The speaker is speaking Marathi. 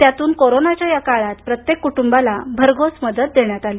त्यातून कोरोनाच्या या काळात प्रत्येक कुटुंबाला भरघोस मदत देण्यात आली